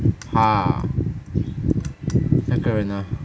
ha 那个人 ah